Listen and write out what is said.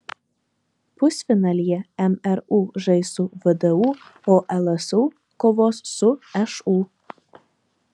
pusfinalyje mru žais su vdu o lsu kovos su šu